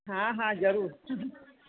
हा हा ज़रूरु